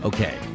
Okay